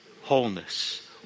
wholeness